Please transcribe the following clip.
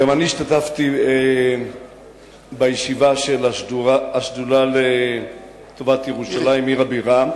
גם אני השתתפתי בישיבה של השדולה לטובת ירושלים עיר הבירה,